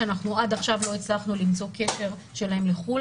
שאנחנו עד עכשיו לא הצלחנו למצוא קשר שלהם לחוץ לארץ.